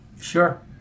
Sure